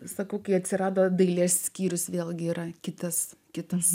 sakau kai atsirado dailės skyrius vėlgi yra kitas kitas